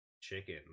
chicken